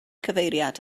cyfeiriad